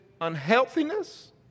unhealthiness